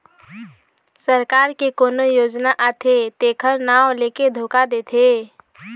सरकार के कोनो योजना आथे तेखर नांव लेके धोखा देथे